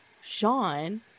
Sean